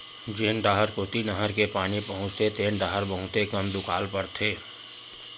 जेन डाहर कोती नहर के पानी पहुचथे तेन डाहर बहुते कम दुकाल परथे